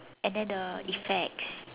and then the effects